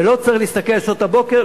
ולא צריך להסתכל על שעות הבוקר,